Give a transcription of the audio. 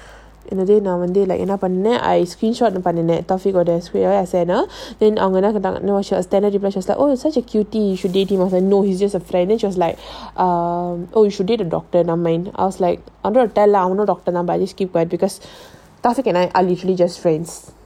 நான்வந்துஎன்னபண்ணேன்:nan vandhu enna pannen I screenshot பண்ணேன்:pannen she was telling people she was like oh such a cutie you should date him no he's just a friend then she was like um oh you should date a doctor I was like I'm gonna tell lah I'm no doctor but I just keep quiet because taufik and I are literally just friends